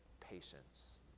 patience